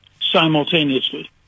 simultaneously